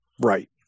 right